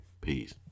Peace